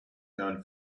known